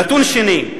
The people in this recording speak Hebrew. נתון שני,